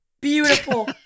Beautiful